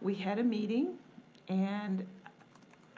we had a meeting and